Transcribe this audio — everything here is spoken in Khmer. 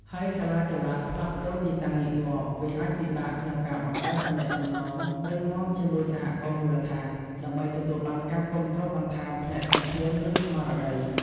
ហើយសារសាលាចល័តផ្លាស់ប្តូរទីតាំងញឹកញាប់ វាអាចពិបាកក្នុងការបង្កើតទំនាក់ទំនងរឹងមាំជាមួយសហគមន៍មូលដ្ឋាន ដើម្បីទទួលបានការគាំទ្របន្ថែមផ្នែកធនធាន ឬស្មារតី។